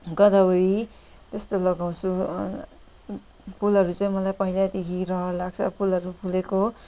गोदावरी त्यस्तो लगाउँछु फुलहरू चाहिँ मलाई पहिलैदेखि रहर लाग्छ फुलहरू फुलेको